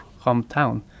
hometown